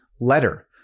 letter